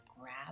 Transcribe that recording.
grab